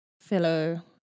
fellow